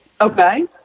Okay